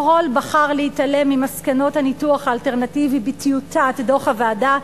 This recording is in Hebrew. קרול בחר להתעלם ממסקנות הניתוח האלטרנטיבי בטיוטת דוח הוועדה,